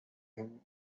him